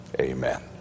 Amen